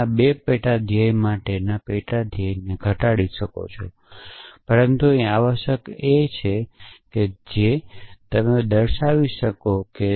તમે આ 2 પેટા ધ્યેયો માટેના પેટા ધ્યેયને આ રીતે ઘટાડી શકો છો જે અહીં કર્યું છે